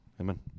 amen